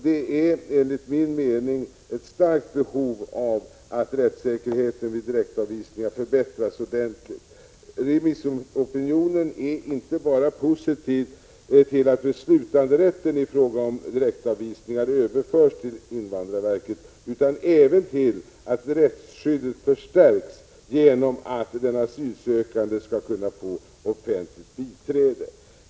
Det finns enligt min mening ett starkt behov av att rättssäkerheten vid direktavvisningar förbättras ordentligt. Remissopinionen är inte bara positiv till att beslutanderätten i fråga om direktavvisningar överförs till invandrarverket utan även till att rättsskyddet förstärks genom att den asylsökande skall kunna få offentligt biträde.